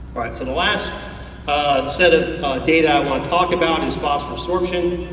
alright, so the last set of data i want to talk about is phosphorous sorption.